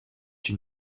une